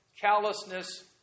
callousness